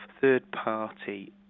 third-party